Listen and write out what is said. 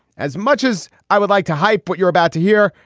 as much as i would like to hype what you're about to hear.